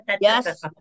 Yes